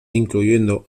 incluyendo